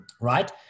right